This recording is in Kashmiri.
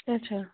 اَچھا